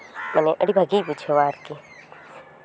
ᱢᱟᱱᱮ ᱟᱹᱰᱤ ᱵᱷᱟᱹᱜᱮᱭ ᱵᱩᱡᱷᱟᱹᱣᱟ ᱟᱨᱠᱤ